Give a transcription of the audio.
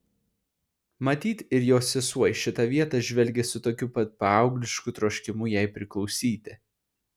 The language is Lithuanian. matyt ir jos sesuo į šitą vietą žvelgė su tokiu pat paauglišku troškimu jai priklausyti